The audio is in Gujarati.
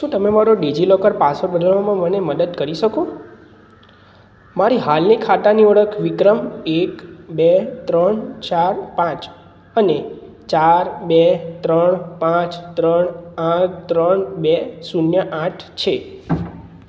શું તમે મારો ડિજિલોકર પાસવર્ડ બદલવામાં મને મદદ કરી શકો મારી હાલની ખાતાની ઓળખ વિક્રમ એક બે ત્રણ ચાર પાંચ અને ચાર બે ત્રણ પાંચ ત્રણ આઠ ત્રણ બે શૂન્ય આઠ છે